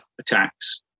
attacks